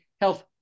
health